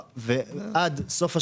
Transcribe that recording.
ועד לסוף השנה,